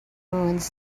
ruins